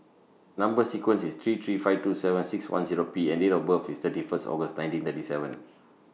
Number sequence IS three three five two seven six one Zero P and Date of birth IS thirty First August nineteen thirty seven